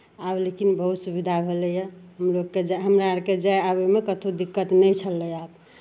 आब लेकिन बहुत सुविधा भेलैए हमलोगकेँ जाय हमरा अरकेँ जाय आबयमे कतहु दिक्कत नहि छलै आब